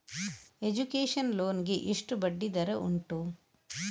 Education loan ಗೆ ಎಷ್ಟು ಬಡ್ಡಿ ದರ ಉಂಟು?